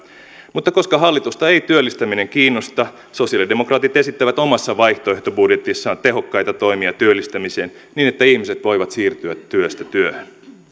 mutta koska hallitusta ei työllistäminen kiinnosta sosialidemokraatit esittävät omassa vaihtoehtobudjetissaan tehokkaita toimia työllistämiseen niin että ihmiset voivat siirtyä työstä työhön